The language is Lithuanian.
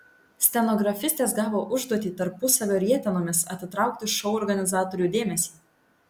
stenografistės gavo užduotį tarpusavio rietenomis atitraukti šou organizatorių dėmesį